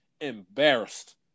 embarrassed